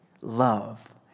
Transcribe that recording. Love